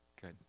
good